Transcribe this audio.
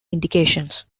indications